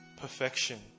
perfection